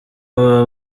baba